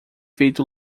feito